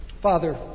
Father